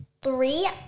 three